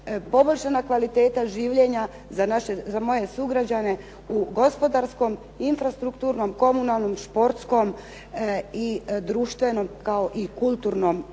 poboljšanja kvaliteta življenja u gospodarskom, infrastrukturnom, komunalnom, športskom, društvenom kao i kulturnom